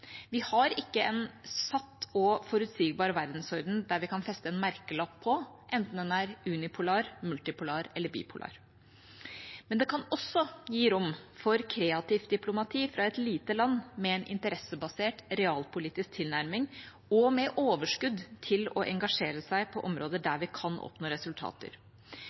Vi har ikke en satt og forutsigbar verdensorden som vi kan feste en merkelapp på, enten den er unipolar, multipolar eller bipolar. Men det kan også gi rom for kreativt diplomati fra et lite land med en interessebasert, realpolitisk tilnærming og med overskudd til å engasjere seg på områder der det kan oppnå resultater.